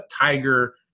Tiger